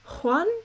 Juan